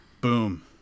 Boom